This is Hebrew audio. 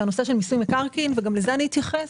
זה הנושא של מיסוי מקרקעין וגם לזה אני אתייחס.